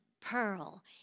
pearl